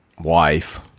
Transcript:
wife